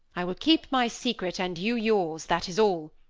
i will keep my secret, and you, yours that is all.